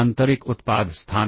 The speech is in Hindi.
आंतरिक उत्पाद स्थान